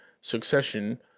Succession